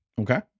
Okay